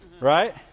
Right